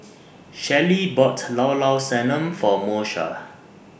Shellie bought Llao Llao Sanum For Moesha